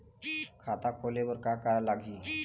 खाता खोले बर का का लगही?